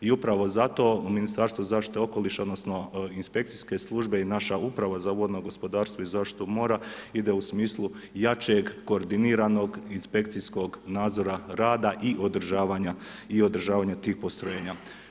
I upravo zato, Ministarstvo zaštite okoliša, odnosno inspekcijske službe i naša Uprava za vodno gospodarstvo i zaštitu mora ide u smislu jačeg koordiniranog inspekcijskog nadzora rada i održavanja tih postrojenja.